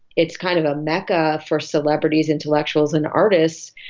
it's kind of a mecca for celebrities, intellectuals and artists,